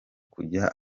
kujya